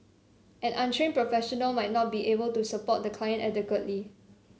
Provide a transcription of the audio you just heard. an untrained professional might not be able to support the client adequately